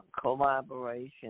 collaboration